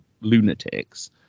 lunatics